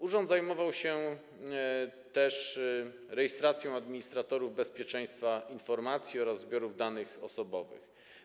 Urząd zajmował się też rejestracją administratorów bezpieczeństwa informacji oraz zbiorów danych osobowych.